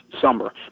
summer